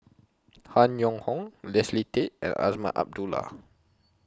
Han Yong Hong Leslie Tay and Azman Abdullah